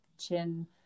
chin